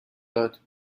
داد